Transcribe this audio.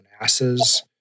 asses